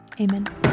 amen